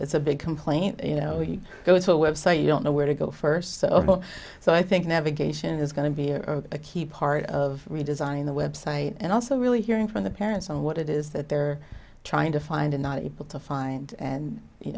that's a big complaint you know you go to a website you don't know where to go first of all so i think navigation is going to be a key part of redesign the website and also really hearing from the parents and what it is that they're trying to find and not able to find and you